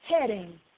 heading